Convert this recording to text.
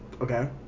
Okay